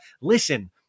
listen